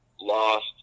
lost